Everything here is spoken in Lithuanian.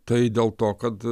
tai dėl to kad